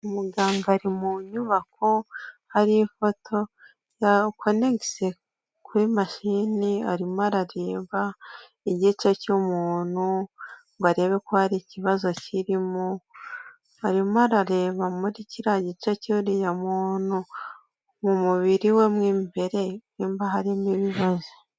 Muganga ari mu nyubako hari ifoto ya conegise kuri mashine arimo arareba igice cy'umuntu ngo arebe ko hari ikibazo kiri, arimo arareba muri kiriya gice cy'uriya muntu mu mubiri we mo imbere ngo arebeko harimo ibibazo.